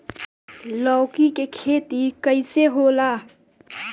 लौकी के खेती कइसे होला?